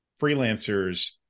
freelancers